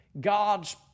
God's